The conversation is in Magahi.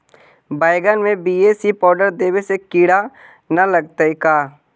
बैगन में बी.ए.सी पाउडर देबे से किड़ा न लगतै का?